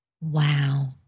Wow